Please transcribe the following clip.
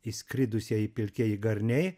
išskridusieji pilkieji garniai